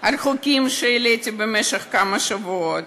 על חוקים שהעליתי במשך כמה שבועות,